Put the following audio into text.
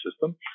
system